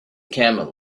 camels